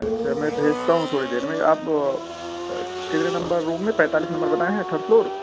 اچھا میں بھیجتا ہوں تھوڑی دیر میں آپ کتنے نمبر روم میں پینتالیس نمبر بتائیں ہیں تھرڈ فلور